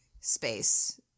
space